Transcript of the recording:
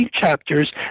chapters